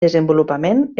desenvolupament